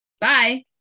bye